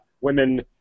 women